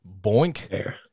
boink